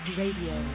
radio